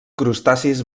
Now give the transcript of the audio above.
crustacis